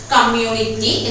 Community